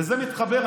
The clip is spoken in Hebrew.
וזה מתחבר,